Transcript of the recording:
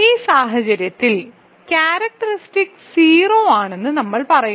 ഈ സാഹചര്യത്തിൽ ക്യാരക്റ്ററിസ്റ്റിക് 0 ആണെന്ന് നമ്മൾ പറയുന്നു